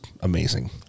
amazing